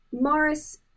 Morris